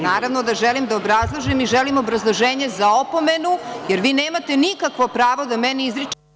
Naravno da želim da obrazložim i želim obrazloženje za opomenu, jer vi nemate nikakvo pravo da meni izričete…